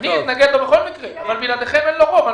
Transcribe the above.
אני אתנגד לו בכל מקרה אבל בלעדיכם אין לו רוב.